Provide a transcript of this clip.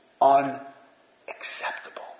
Unacceptable